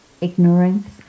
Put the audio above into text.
ignorance